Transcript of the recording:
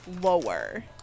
Lower